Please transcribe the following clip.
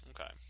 Okay